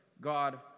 God